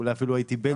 אולי הייתי בעלז.